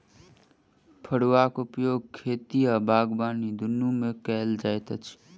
फड़ुआक उपयोग खेती आ बागबानी दुनू मे कयल जाइत अछि